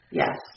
yes